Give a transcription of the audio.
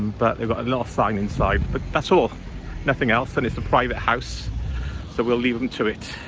but they've got a little sign inside but that's all nothing else and it's a private house so we'll leave them to it.